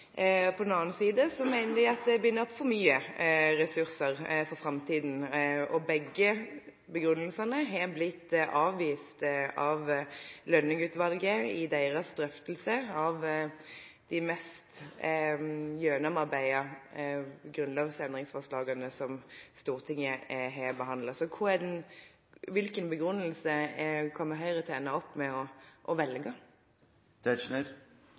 På den annen side mener de at det binder opp for mye ressurser for framtiden. Begge begrunnelsene har blitt avvist av Lønning-utvalget i deres drøftelse av de mest gjennomarbeidede grunnlovsendringsforslagene som Stortinget har behandlet. Så hvilken begrunnelse kommer Høyre til å ende opp med å velge?